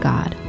God